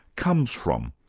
comes from.